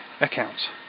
accounts